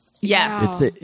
Yes